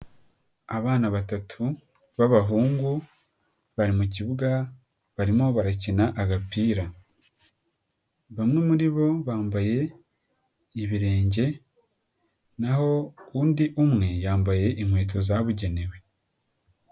Abana batatu b'abahungu bari mu kibuga barimo barakina agapira. Bamwe muri bo bambaye ibirenge naho undi umwe yambaye inkweto zabugenewe.